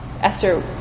Esther